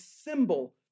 symbol